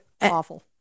awful